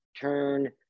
turn